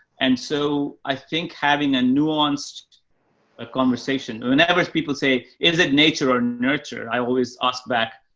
and so i think having a nuanced ah conversation, whenever people say, is it nature or nurture? i always ask back